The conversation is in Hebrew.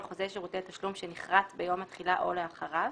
חוזה שירותי תשלום שנכרת ביום התחילה או לאחריו,